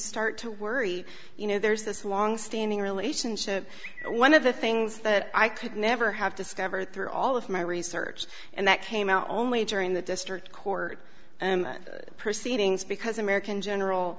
start to worry you know there's this long standing relationship one of the things that i could never have discovered through all of my research and that came out only during the district court proceedings because american general